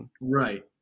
Right